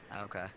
Okay